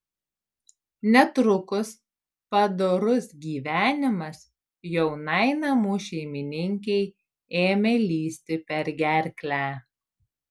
netrukus padorus gyvenimas jaunai namų šeimininkei ėmė lįsti per gerklę